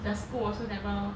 the school also never